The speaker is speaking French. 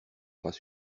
pas